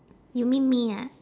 you mean me ah